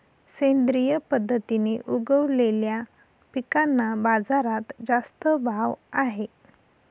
सेंद्रिय पद्धतीने उगवलेल्या पिकांना बाजारात जास्त भाव आहे